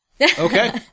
Okay